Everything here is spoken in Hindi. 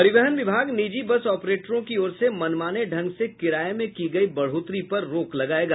परिवहन विभाग निजी बस ऑपरेटरों की ओर से मनमाने ढंग से किराये में की गई बढ़ोतरी पर रोक लगायेगा